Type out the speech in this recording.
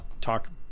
talk